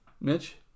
Mitch